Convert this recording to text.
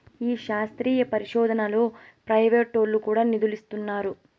ఈ శాస్త్రీయ పరిశోదనలో ప్రైవేటోల్లు కూడా నిదులిస్తున్నారు